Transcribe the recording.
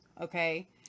okay